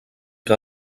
que